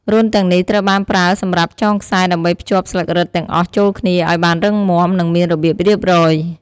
រន្ធទាំងនេះត្រូវបានប្រើសម្រាប់ចងខ្សែដើម្បីភ្ជាប់ស្លឹករឹតទាំងអស់ចូលគ្នាឱ្យបានរឹងមាំ និងមានរបៀបរៀបរយ។